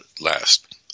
last